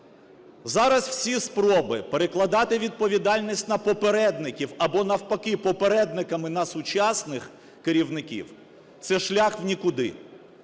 Зараз всі спроби перекладати відповідальність на попередників або навпаки попередниками на сучасних керівників - це шлях в нікуди.